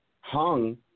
hung